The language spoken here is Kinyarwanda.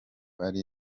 ari